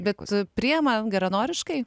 bet priima geranoriškai